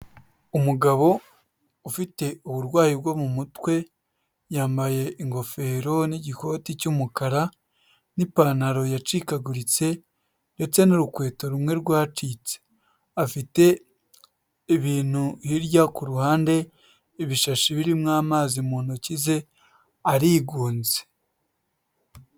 Umugabo ufite uburwayi bwo mu mutwe, yambaye ingofero n'igikoti cy'umukara n'ipantaro yacikaguritse ndetse n'urukweto rumwe rwacitse, afite ibintu hirya ku ruhande ibishashi birimo amazi mu ntoki ze, arigunze.